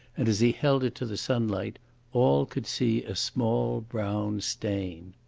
and as he held it to the sunlight all could see a small brown stain.